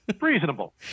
Reasonable